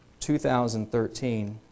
2013